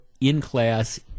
in-class